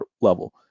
level